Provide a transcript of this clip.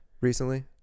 recently